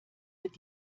wird